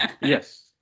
yes